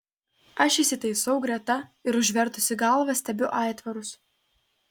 aš įsitaisau greta ir užvertusi galvą stebiu aitvarus